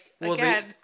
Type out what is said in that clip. again